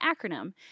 acronym